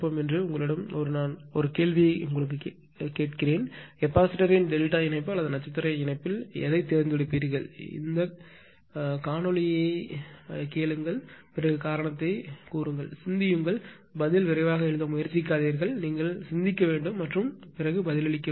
என்று உங்களிடம் ஒரு கேள்வியை நான் உங்களுக்கு சொல்கிறேன் கெப்பாசிட்டரின் டெல்டா இணைப்பு அல்லது நட்சத்திர இணைப்பில் எதைத் தேர்ந்தெடுப்பீர்கள் இந்த காணொளியை கேளுங்கள் காரணத்தைச் சொல்லுங்கள் சிந்தியுங்கள் பதில் விரைவாக எழுத முயற்சிக்காதீர்கள் நீங்கள் சிந்திக்க வேண்டும் மற்றும் பதிலளிக்க வேண்டும்